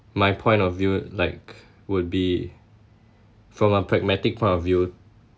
my point of view like would be from a pragmatic point of view